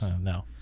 No